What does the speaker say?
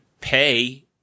pay